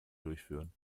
durchführen